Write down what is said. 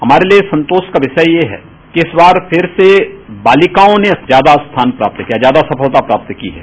हमारे लिये संतोष का विषय यह है कि इस बार छिर से बालिकाओं ने ज्यादा स्थान प्राप्त किया ज्यादा सफलता प्राप्त की है